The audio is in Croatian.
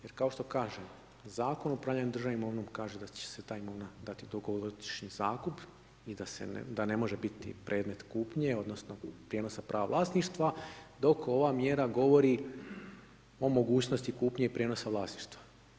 Jer kao što kažem Zakon o upravljanju državnom imovinom kaže da će se ta imovina dati u dugogodišnji zakup i da ne može biti predmet kupnje odnosno, prijenosa prava vlasništva dok ova mjera govori o mogućnosti kupnje i prijenosa vlasništva.